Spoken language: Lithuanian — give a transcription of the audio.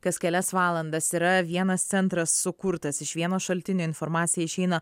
kas kelias valandas yra vienas centras sukurtas iš vieno šaltinio informacija išeina